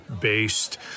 based